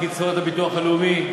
קצבאות הביטוח הלאומי,